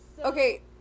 Okay